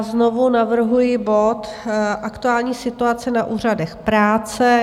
Znovu navrhuji bod Aktuální situace na úřadech práce.